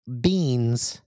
Beans